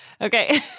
Okay